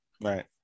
Right